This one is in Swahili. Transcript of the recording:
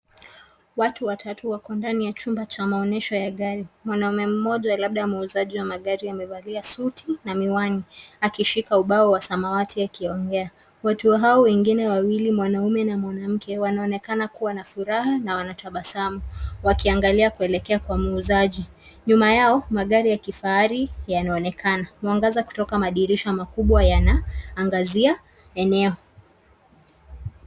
Watu watatu wako ndani ya chumba cha maonesho ya gari. Mwanaume mmoja labda muuzaji wa magari amevalia suti na miwani akishika ubao wa samawati akiongea. Watu hao wengine wawili, mwanaume na mwanamke, wanaonekana kuwa na furaha na wana tabasamu wakiangalia kuelekea kwa muuzaji. Nyuma yao, magari ya kifahari yaneonekana. Mwangaza kutoka madirisha makubwa yanaangazia eneo.